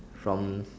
from